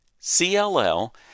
CLL